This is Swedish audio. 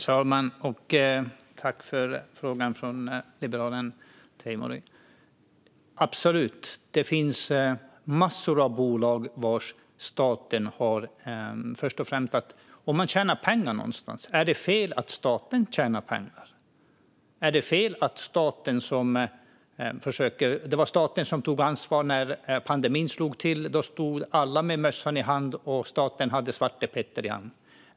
Herr talman! Jag tackar för frågan från liberalen Teimouri. Absolut, det finns massor av bolag där staten bör vara med. Först och främst: Om man tjänar pengar någonstans, är det fel att staten tjänar pengar? Det var staten som tog ansvar när pandemin slog till. Då stod alla med mössan i hand, och staten blev sittande med svartepetter.